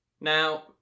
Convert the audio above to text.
Now